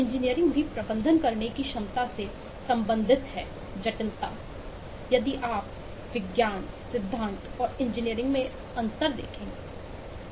engineering भी प्रबंधन करने की क्षमता से संबंधित है जटिलता यदि आप विज्ञान सिद्धांत और इंजीनियरिंग में क्या अंतर है